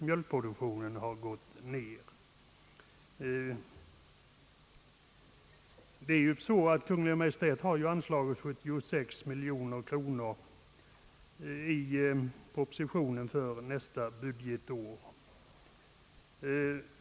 I propositionen har Kungl. Maj:t föreslagit ett anslag av 76 miljoner kronor för nästa budgetår.